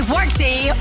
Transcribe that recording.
Workday